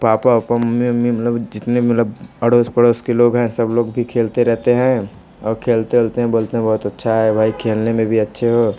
पाला उपा मम्मी उम्मी मतलब जितने मतलब अड़ोस पड़ोस के लोग हैं सब लोग भी खेलते रहते हैं और खेलते उलते हैं बोलते हैं बहुत अच्छा है भाई खेलने में भी अच्छे हो